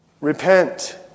Repent